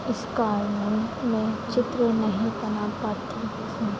इस कारण मैं चित्र नहीं बना पाती हूँ